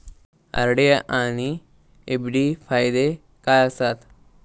RD आनि FD फायदे काय आसात?